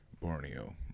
Borneo